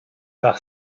par